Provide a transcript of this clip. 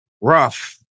Rough